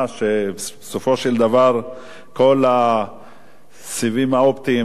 שבה בסופו של דבר כל הסיבים האופטיים,